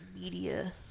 media